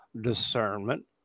discernment